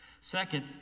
second